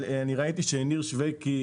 אבל ראיתי שניר שוויקי,